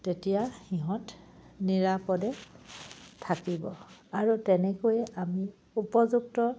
তেতিয়া সিহঁত নিৰাপদে থাকিব আৰু তেনেকৈয়ে আমি উপযুক্ত